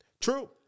True